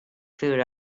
food